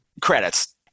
Credits